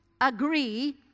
agree